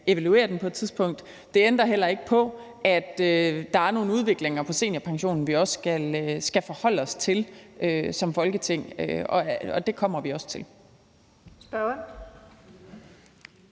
evaluere den på et tidspunkt. Det ændrer heller ikke på, at der er nogle udviklinger af seniorpensionen, vi også skal forholde os til som Folketing, og det kommer vi også til.